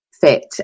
fit